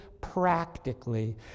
practically